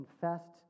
confessed